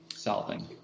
solving